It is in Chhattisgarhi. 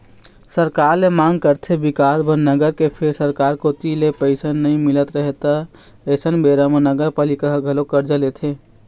सरकार ले मांग करथे बिकास बर नगर के फेर सरकार कोती ले पइसा नइ मिलत रहय त अइसन बेरा म नगरपालिका ह घलोक करजा लेथे